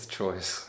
choice